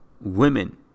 Women